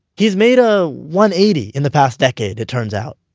he's made a one-eighty in the past decade, it turns out,